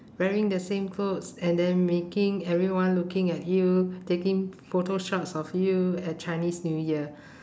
wearing the same clothes and then making everyone looking at you taking photoshots of you at chinese new year